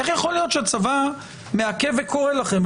איך יכול להיות שהצבא מעכב וקורא לכם,